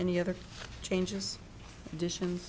any other changes dish